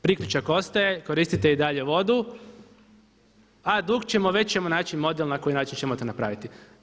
Priključak ostaje, koristite i dalje vodu, a dug ćemo, već ćemo naći model na koji način ćemo to napraviti.